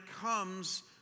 comes